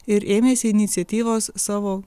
ir ėmėsi iniciatyvos savo